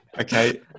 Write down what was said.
okay